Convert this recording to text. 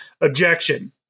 objection